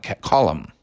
column